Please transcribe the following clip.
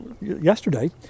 yesterday